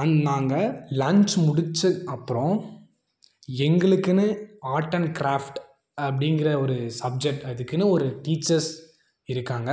and நாங்கள் lunch முடித்த அப்புறம் எங்களுக்கெனு ஆர்ட் அண்ட் கிராஃப்ட் அப்படிங்கிற ஒரு சப்ஜெக்ட் அதுக்கெனு ஒரு டீச்சர்ஸ் இருக்காங்க